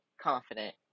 confident